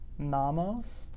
Namos